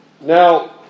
Now